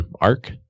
arc